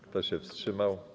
Kto się wstrzymał?